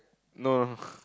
no no